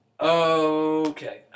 Okay